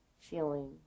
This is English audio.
feeling